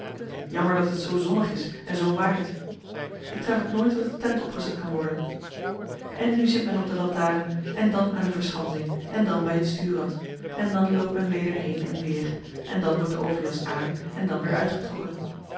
jammer dat het zoo zonnig is en zoo waait ik tref het nooit dat de tent opgezet kan worden en nu zit men op de lantaren en dan aan de verschansing en dan bij het stuurrad en dan loopt men weder heen en weer en dan wordt de overjas aan en dan weer uitgetrokken